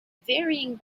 varying